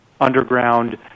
underground